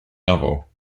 novel